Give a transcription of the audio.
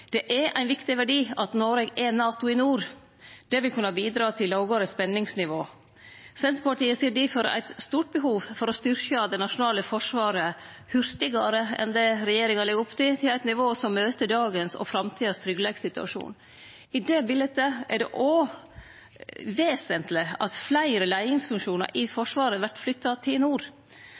Det er ein viktig verdi at Noreg er NATO i nord. Det vil kunne bidra til lågare spenningsnivå. Senterpartiet ser difor eit stort behov for å styrkje det nasjonale forsvaret hurtigare enn det regjeringa legg opp til, til eit nivå som møter dagens og framtidas tryggleikssituasjon. I det biletet er det òg vesentleg at fleire leiingsfunksjonar i Forsvaret vert flytta til nord.